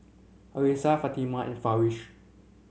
Arissa Fatimah and Farish